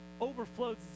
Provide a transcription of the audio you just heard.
overflows